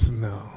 no